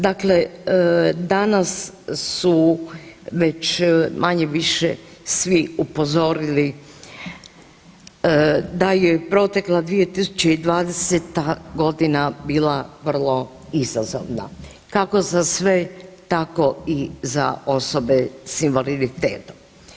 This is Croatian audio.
Dakle, danas su već manje-više svi upozorili da je protekla 2020. godina bila vrlo izazovna, kako za sve tako i za osobe sa invaliditetom.